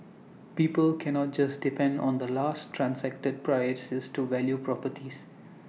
people cannot just depend on the last transacted prices to value properties